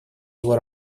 его